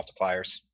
multipliers